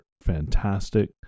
fantastic